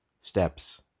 steps